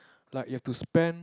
like you have to spend